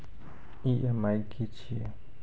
EMI की छिये?